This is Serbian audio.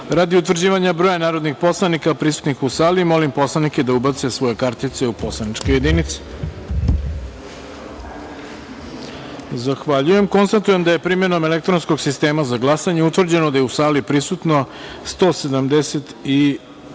utvrđivanja broja narodnih poslanika prisutnih u sali, molim poslanike da ubace svoje kartice u poslaničke jedinice. Konstatujem da je, primenom elektronskog sistema za glasanje, utvrđeno da je u sali prisutno 174